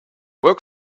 work